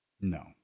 No